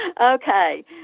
Okay